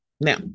Now